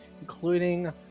including